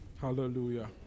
Hallelujah